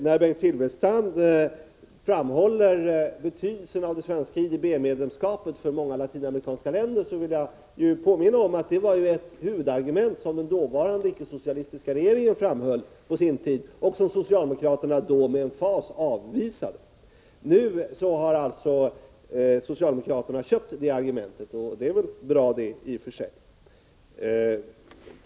När Bengt Silfverstrand framhåller betydelsen av det svenska IDB-medlemskapet för många latinamerikanska länder, vill jag påminna om att det var ett huvudargument som den dåvarande ickesocialistiska regeringen framhöll på sin tid och som socialdemokraterna då med emfas avvisade. Nu har alltså socialdemokraterna tagit upp det argumentet, och det är väl bra i och för sig.